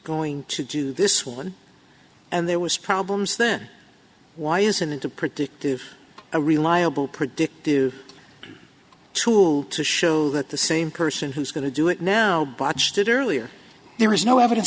going to do this one and there was problems then why isn't it a predictive a reliable predictive tool to show that the same person who's going to do it now botched it earlier there is no evidence